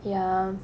ya